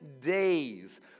days